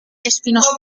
espinoso